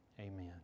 amen